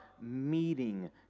meeting